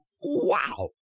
wow